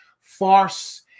farce